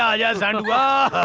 yeah yeah so and